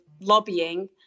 lobbying